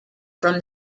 from